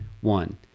One